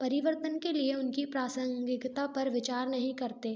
परिवर्तन के लिए उनकी प्रासंगिकता पर विचार नहीं करते